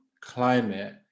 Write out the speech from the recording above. climate